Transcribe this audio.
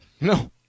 No